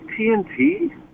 TNT